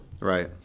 right